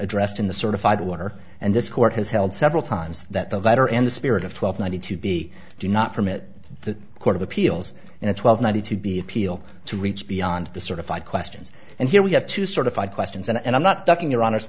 addressed in the certified water and this court has held several times that the letter and the spirit of twelve ninety to be do not permit the court of appeals and the twelve ninety to be appealed to reach beyond the certified questions and here we have to certify questions and i'm not ducking your honest